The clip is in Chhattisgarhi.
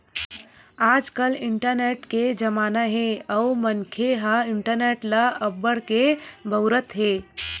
आजकाल इंटरनेट के जमाना हे अउ मनखे ह इंटरनेट ल अब्बड़ के बउरत हे